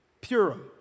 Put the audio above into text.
Purim